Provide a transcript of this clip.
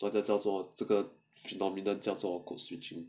专家叫做这个 phenomenon 叫做 code switch